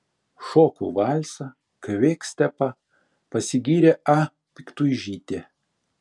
šoku valsą kvikstepą pasigyrė a piktuižytė